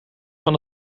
van